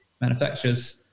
manufacturers